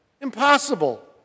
Impossible